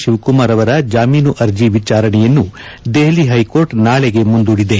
ಶಿವಕುಮಾರ್ ಅವರ ಜಾಮೀನು ಅರ್ಜಿ ವಿಚಾರಣೆಯನ್ನು ದೆಹಲಿ ಹೈಕೋರ್ಟ್ ನಾಳೆಗೆ ಮುಂದೂಡಿದೆ